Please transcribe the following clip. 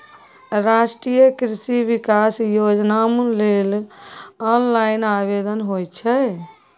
राष्ट्रीय कृषि विकास योजनाम लेल ऑनलाइन आवेदन होए छै